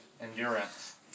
endurance